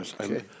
Okay